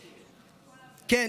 כן,